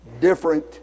different